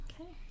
Okay